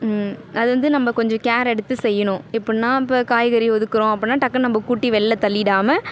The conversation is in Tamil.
அது வந்து நம்ப கொஞ்சம் கேர் எடுத்து செய்யணும் எப்புடின்னா இப்போ காய்கறி ஒதுக்குகிறோம் அப்புடின்னா டக்குனு நம்ப கூட்டி வெளில தள்ளிடாமல்